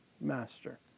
master